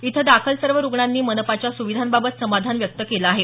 इथं दाखल सर्व रुग्णांनी मनपाच्या सुविधांबाबत समाधान व्यक्त केलं आहे